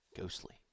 Ghostly